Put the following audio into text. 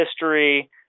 history